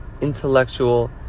intellectual